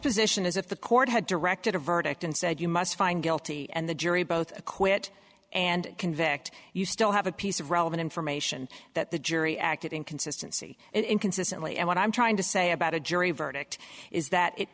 position is if the court had directed a verdict and said you must find guilty and the jury both acquit and convict you still have a piece of relevant information that the jury acted in consistency and inconsistently and what i'm trying to say about a jury verdict is that it